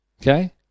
Okay